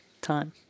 Time